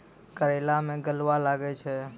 करेला मैं गलवा लागे छ?